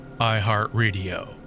iHeartRadio